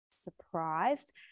surprised